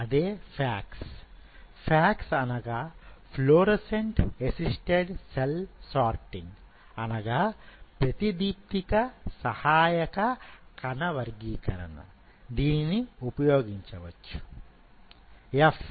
మీరు FACS - fluorescent assisted cell sorting ప్రతిదీప్తిక సహాయక కణ వర్గీకరణ ఉపయోగించ వచ్చు